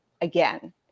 again